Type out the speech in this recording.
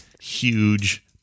huge